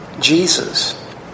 Jesus